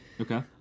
Okay